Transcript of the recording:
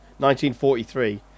1943